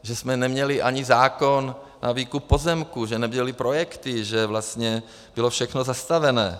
Že jsme neměli ani zákon na výkup pozemků, že nebyly projekty, že vlastně bylo všechno zastavené.